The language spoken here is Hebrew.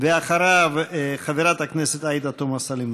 ואחריו, חברת הכנסת עאידה תומא סלימאן.